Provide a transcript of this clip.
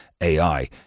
AI